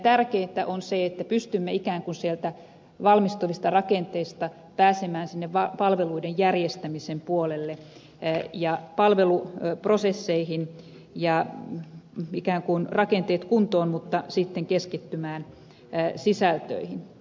tärkeintä on se että pystymme ikään kuin sieltä valmistuvista rakenteista pääsemään sinne palveluiden järjestämisen puolelle ja palveluprosesseihin ikään kuin rakenteet kuntoon mutta sitten keskittymään sisältöihin